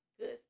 good